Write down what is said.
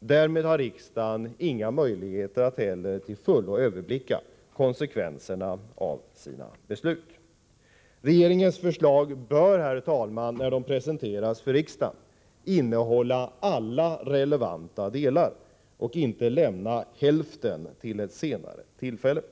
Därmed har riksdagen heller inga möjligheter att till fullo överblicka konsekvenserna av sina beslut. Regeringens förslag bör när de presenteras för riksdagen innehålla alla relevanta delar och inte lämna hälften till ett senare tillfälle.